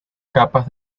capas